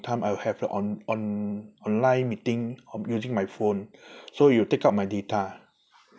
time I'll have the on~ on~ online meeting I'm using my phone so it will take up my data